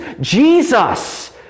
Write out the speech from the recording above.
Jesus